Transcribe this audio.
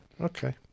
okay